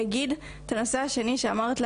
לגבי הנושא השני שאמרת,